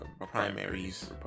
Primaries